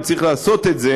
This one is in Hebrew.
וצריך לעשות את זה.